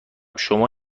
شما